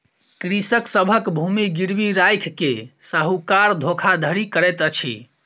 कृषक सभक भूमि गिरवी राइख के साहूकार धोखाधड़ी करैत अछि